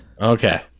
Okay